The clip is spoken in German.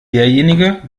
derjenige